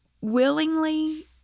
willingly